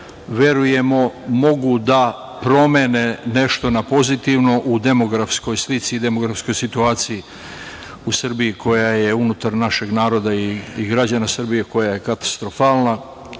verujemo mogu da promene nešto na pozitivno u demografskoj slici i demografskoj situaciji u Srbiji, koja je unutar našeg naroda i građana Srbije koja je katastrofalna. Znate